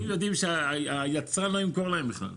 הם יודעים שהיצרן לא ימכור להם בכלל.